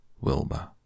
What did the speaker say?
Wilbur